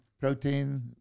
protein